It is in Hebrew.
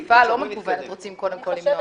את החשיפה הלא מקוונת רוצים קודם כול למנוע.